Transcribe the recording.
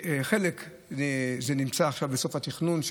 חלק נמצא עכשיו בסוף התכנון,